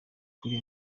kuri